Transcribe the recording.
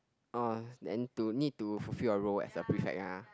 uh then to need to fulfill our role as prefect ah